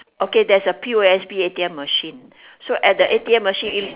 okay there's a P_O_S_B A_T_M machine so at the A_T_M machine if